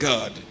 God